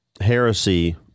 heresy